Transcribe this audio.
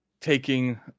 taking